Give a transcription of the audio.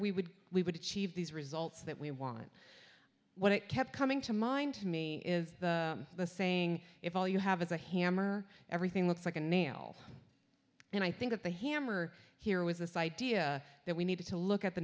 we would we would achieve these results that we want what kept coming to mind to me is the saying if all you have is a hammer everything looks like a nail and i think that the hammer here was this idea that we need to look at the